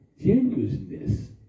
genuineness